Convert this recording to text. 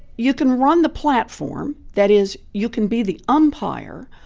you can run the platform. that is, you can be the umpire.